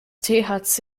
thc